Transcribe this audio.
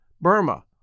Burma